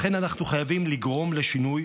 לכן, אנחנו חייבים לגרום לשינוי